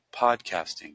Podcasting